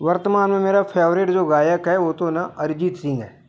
वर्तमान में मेरा फ़ेवरेट जो गायक है वो तो ना अरिजीत सिंह है